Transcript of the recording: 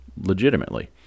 Legitimately